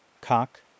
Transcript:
Cock